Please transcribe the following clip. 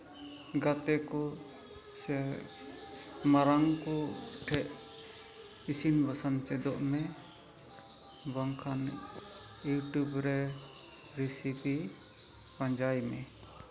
ᱜᱟᱛᱮ ᱠᱚ ᱥᱮ ᱢᱟᱨᱟᱝ ᱠᱚ ᱴᱷᱮᱱ ᱤᱥᱤᱱ ᱵᱟᱥᱟᱝ ᱪᱮᱫᱚᱜ ᱢᱮ ᱵᱟᱝᱠᱷᱟᱱ ᱤᱭᱩᱴᱩᱵᱽ ᱨᱮ ᱨᱮᱥᱤᱯᱤ ᱯᱟᱸᱡᱟᱭ ᱢᱮ